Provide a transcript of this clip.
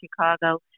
Chicago